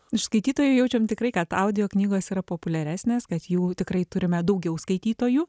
iš skaitytojų jaučiam tikrai kad audio knygos yra populiaresnės kad jų tikrai turime daugiau skaitytojų